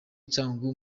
cyangugu